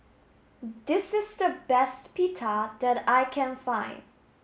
this is the best Pita that I can find